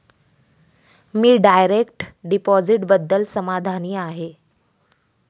मी direct डिपॉझिटबद्दल समाधानी आहे